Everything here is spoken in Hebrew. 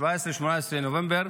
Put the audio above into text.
17, 18 בנובמבר: